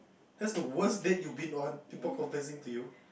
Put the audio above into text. that's the worst date you been on people confessing to you